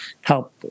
help